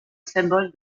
symbole